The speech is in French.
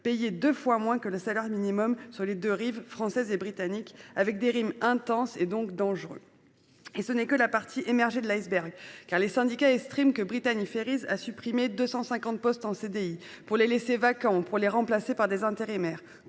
payés deux fois moins que le salaire minimum sur les deux rives, française et britannique, et travaillant à des rythmes intenses et dangereux. Et ce n'est que la partie émergée de l'iceberg. En effet, les syndicats estiment que Brittany Ferries a supprimé 250 postes en CDI, pour les laisser vacants ou pour les remplacer par des intérimaires,